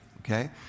Okay